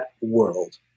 world